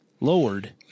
lowered